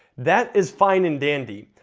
that is fine and dandy.